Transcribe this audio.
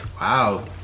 Wow